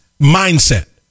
mindset